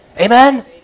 Amen